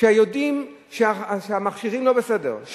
כשיודעים שהמכשירים לא בסדר,